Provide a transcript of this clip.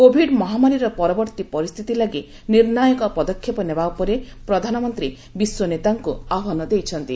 Covid ମହାମାରୀର ପରବର୍ତ୍ତୀ ପରିସ୍ଥିତି ଲାଗି ନିର୍ଣ୍ଣାୟକ ପଦକ୍ଷେପ ନେବା ଉପରେ ପ୍ରଧାନମନ୍ତ୍ରୀ ବିଶ୍ୱ ନେତାଙ୍କୁ ଆହ୍ପାନ ଦେଇଥିଲେ